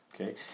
Okay